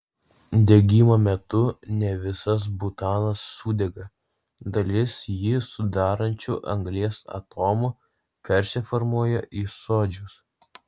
degimo metu ne visas butanas sudega dalis jį sudarančių anglies atomų persiformuoja į suodžius